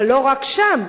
אבל לא רק שם.